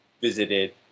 visited